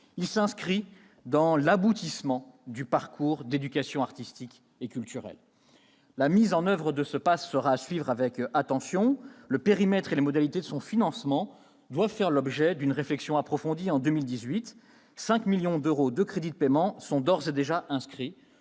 Ce pass doit être l'aboutissement du parcours d'éducation artistique et culturelle. La mise en oeuvre du pass culture sera à suivre avec attention ; le périmètre et les modalités de son financement doivent faire l'objet d'une réflexion approfondie en 2018. Un montant de 5 millions d'euros de crédits de paiement est d'ores et déjà inscrit